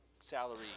salary